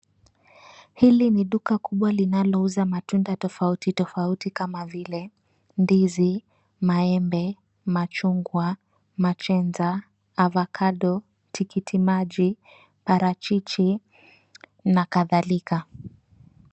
Hili ni duka kubwa linalouza matunda tofauti tofauti kama vile ndizi, maembe, machungwa, machenza, avakado, tikiti maji, parachichi na kadhalika.